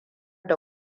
da